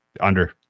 under-